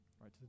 right